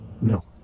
No